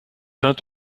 vingt